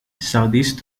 southeast